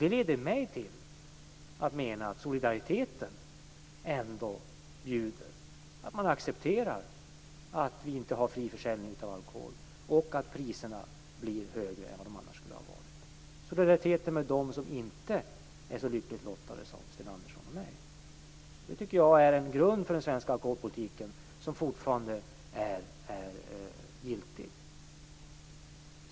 Det leder mig till att mena att solidariteten med dem som inte är så lyckligt lottade som Sten Andersson och jag ändå bjuder att man accepterar att vi inte har fri försäljning av alkohol och att priserna blir högre än vad de annars skulle ha varit. Det tycker jag är en grund för den svenska alkoholpolitiken som fortfarande är giltig.